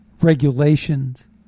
regulations